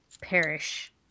perish